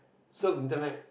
surf internet